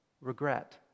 Regret